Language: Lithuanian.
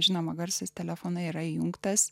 žinoma garsas telefonai yra įjungtas